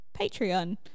Patreon